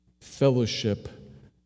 fellowship